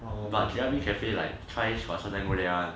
but jeremy cafe like chai got sometimes go there one